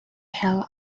hell